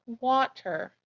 water